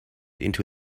into